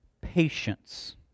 patience